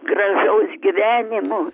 gražaus gyvenimo